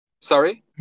Sorry